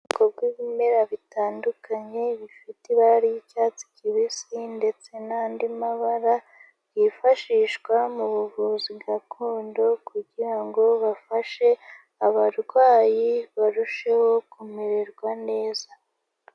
Ku bw'imera bitandukanye bifite ibara ry'icyatsi kibisi ndetse n'andi mabara yifashishwa mu buvuzi gakondo, kugira ngo bafashe abarwayi barusheho kumererwa neza.